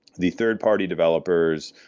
the third-party developers,